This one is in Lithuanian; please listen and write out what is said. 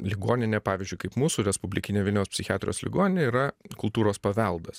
ligoninė pavyzdžiui kaip mūsų respublikinė vilniaus psichiatrijos ligoninė yra kultūros paveldas